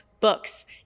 books